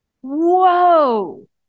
whoa